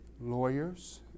lawyers